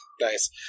Nice